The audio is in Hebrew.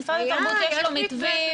למשרד התרבות יש מתווים,